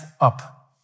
up